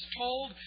told